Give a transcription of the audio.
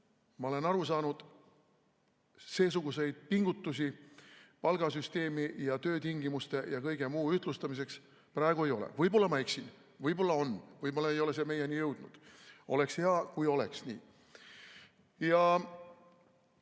ma olen aru saanud, seesuguseid pingutusi palgasüsteemi ja töötingimuste ja kõige muu ühtlustamiseks praegu ei ole. Võib-olla ma eksin, võib-olla on, võib-olla ei ole see meieni jõudnud. Oleks hea, kui oleks nii.